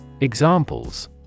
Examples